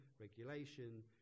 regulation